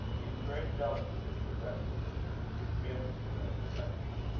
he is very jealous of his possessions his family possessions, i mean.